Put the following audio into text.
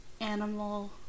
Animal